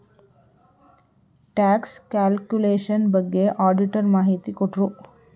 tax calculation ಬಗ್ಗೆ auditor ಮಾಹಿತಿ ಕೊಟ್ರು